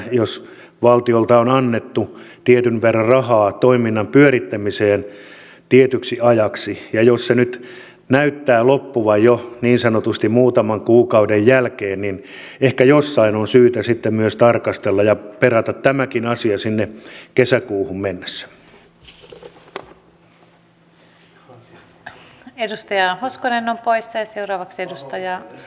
jos valtiolta on annettu tietyn verran rahaa toiminnan pyörittämiseen tietyksi ajaksi ja jos se nyt näyttää loppuvan jo niin sanotusti muutaman kuukauden jälkeen niin ehkä jossain on syytä sitten myös tarkastella ja perata tämäkin asia sinne kesäkuuhun mennessä